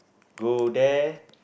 go there